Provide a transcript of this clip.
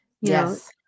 Yes